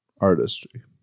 artistry